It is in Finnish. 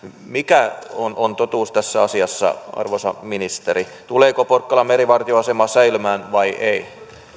mikä on on totuus tässä asiassa arvoisa ministeri tuleeko porkkalan merivartioasema säilymään vai ei